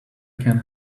can